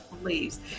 believes